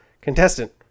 Contestant